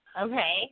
Okay